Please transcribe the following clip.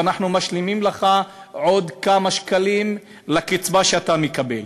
ואנחנו משלימים לך עוד כמה שקלים לקצבה שאתה מקבל".